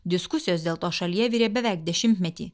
diskusijos dėl to šalyje virė beveik dešimtmetį